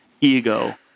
ego